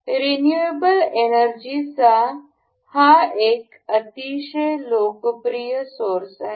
renewable एनर्जीचा हा एक अतिशय लोकप्रिय सोअर्स आहे